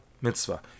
mitzvah